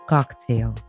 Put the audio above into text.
Cocktail